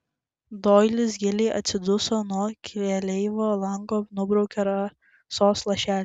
doilis giliai atsiduso nuo keleivio lango nubraukė rasos lašelį